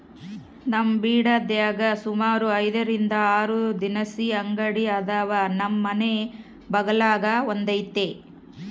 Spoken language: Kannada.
ನಮ್ ಬಿಡದ್ಯಾಗ ಸುಮಾರು ಐದರಿಂದ ಆರು ದಿನಸಿ ಅಂಗಡಿ ಅದಾವ, ನಮ್ ಮನೆ ಬಗಲಾಗ ಒಂದೈತೆ